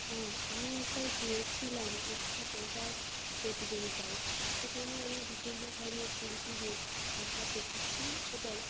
হ্যাঁ আমি একবার গিয়েছিলাম একটা আঁকার প্রতিযোগিতায় সেখানে আমি বিভিন্ন ধরনের শিল্পীদের আঁকা দেখেছি এবং